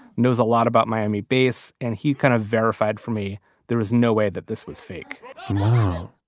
knows a lot about miami bass, and he kind of verified for me there is no way that this was fake wow.